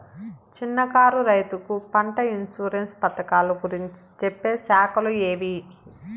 చిన్న కారు రైతుకు పంట ఇన్సూరెన్సు పథకాలు గురించి చెప్పే శాఖలు ఏవి?